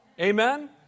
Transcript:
Amen